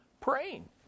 praying